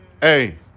Hey